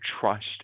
trust